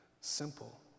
simple